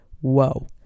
whoa